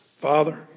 Father